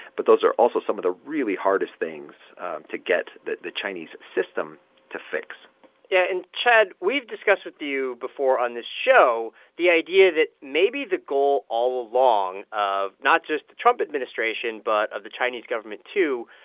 but those are also some of the really hardest things to get the the chinese system to fix yeah. and, chad, we've discussed with you before on this show the idea that maybe the goal all along of not just the trump administration, but of the chinese government, too,